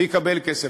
ויקבל כסף.